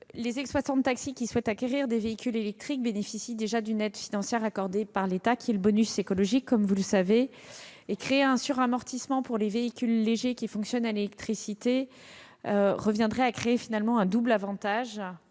Les exploitants de taxis qui souhaitent acquérir des véhicules électriques bénéficient déjà d'une aide financière accordée par l'État, le bonus écologique. Créer un suramortissement pour les véhicules légers fonctionnant à l'électricité reviendrait à attribuer un double avantage